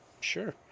Sure